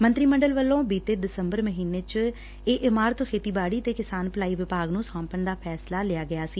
ਮੰਤਰੀ ਮੰਡਲ ਵੱਲੋਂ ਬੀਤੇ ਦਸੰਬਰ ਮਹੀਨੇ ਵਿਚ ਇਹ ਇਮਾਰਤ ਖੇਤੀਬਾਤੀ ਤੇ ਕਿਸਾਨ ਭਲਾਈ ਵਿਭਾਗ ਨੂੰ ਸੋਂਪਣ ਦਾ ਫੈਸਲਾ ਲਿਆ ਗਿਆ ਸੀ